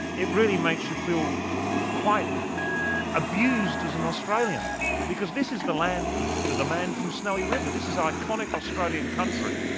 it really makes you feel quite abused as an australian because this is the land of the the man from snowy river. this is iconic australian country,